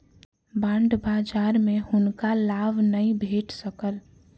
bond बजार में हुनका लाभ नै भेट सकल